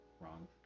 wrong